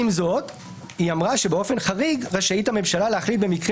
עם זאת היא אמרה שבאופן חריג הממשלה רשאית להחליט במקרה